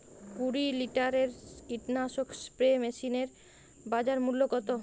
কুরি লিটারের কীটনাশক স্প্রে মেশিনের বাজার মূল্য কতো?